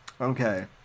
Okay